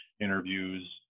interviews